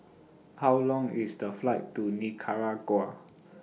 How Long IS The Flight to Nicaragua